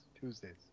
Tuesdays